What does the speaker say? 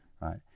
right